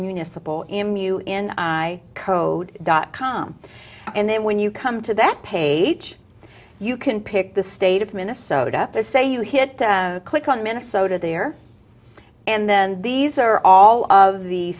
municipal ammu and i code dot com and then when you come to that page you can pick the state of minnesota the say you hit click on minnesota there and then these are all of the